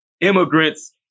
immigrants